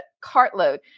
cartload